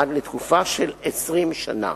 עד לתקופה של 20 שנה.